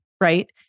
right